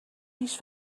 هیچ